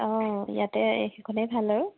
অ ইয়াতে সেইখনেই ভাল আৰু